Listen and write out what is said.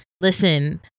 listen